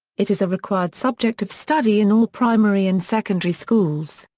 it is a required subject of study in all primary and secondary schools.